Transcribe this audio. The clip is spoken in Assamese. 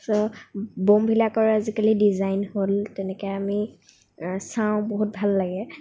ছ' বোমবিলাকৰ আজিকালি ডিজাইন হ'ল তেনেকৈ আমি চাওঁ বহুত ভাল লাগে